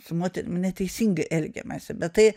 su moterim neteisingai elgiamasi bet tai